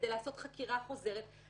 כדי לעשות חקירה חוזרת,